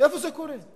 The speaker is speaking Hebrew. איפה זה קורה?